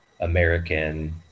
American